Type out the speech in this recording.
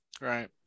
Right